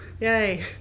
Yay